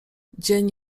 dzień